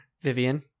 vivian